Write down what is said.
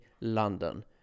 London